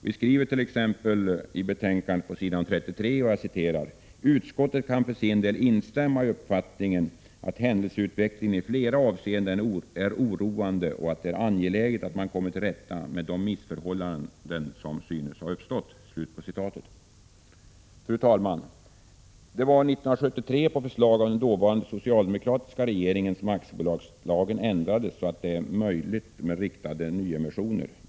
Vi skriver t.ex. i betänkandet på s. 33: ”Utskottet kan för sin del instämma i uppfattningen att händelseutvecklingen i flera avseenden är oroande och att det är angeläget att man kommer till rätta med de missförhållanden som synes ha uppstått.” Fru talman! Det var 1973, på förslag av den dåvarande socialdemokratiska regeringen, som aktiebolagslagen ändrades så att det blev möjligt med riktade nyemissioner.